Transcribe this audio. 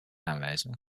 aanwijzen